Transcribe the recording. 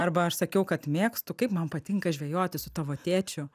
arba aš sakiau kad mėgstu kaip man patinka žvejoti su tavo tėčiu